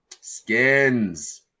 skins